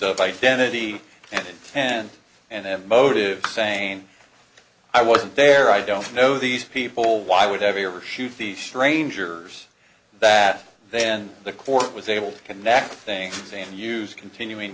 of identity then and then motive saying i wasn't there i don't know these people why would i ever shoot these strangers that then the court was able to connect things and use continuing